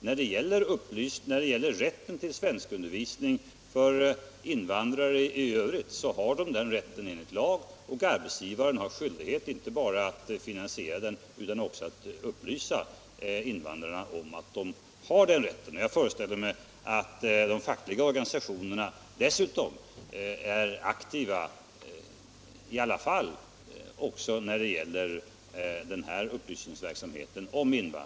När det gäller rätten till svenskundervisning för invandrare i övrigt, så har arbetsgivaren skyldighet inte bara att finansiera undervisningen utan också att upplysa invandrarna om att de har denna rätt. Jag föreställer mig att dessutom också de fackliga organisationerna är aktiva även när det gäller den upplysningsverksamheten.